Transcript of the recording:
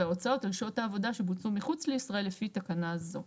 וההוצאות על שעות העבודה שבוצעו מחוץ לישראל לפי תקנה זו.